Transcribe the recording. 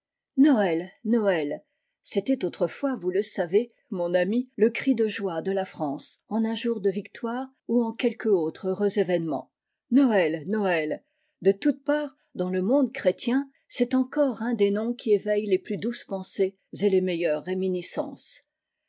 noël noëll c'était autrefois vous le savez mon ami le cri de joie de la france en un jour de victoire ou en quelque autre heureux événement noëll noël de toutes parts dans le monde chrétien c'est encore un des noms qui éveillent les plu douces pensées et les meilleures réminiscences